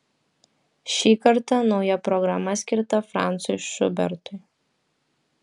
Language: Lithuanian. šį kartą nauja programa skirta francui šubertui